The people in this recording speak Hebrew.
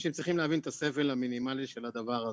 אנשים צריכים להבין את הסבל המינימאלי של הדבר הזה.